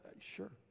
sure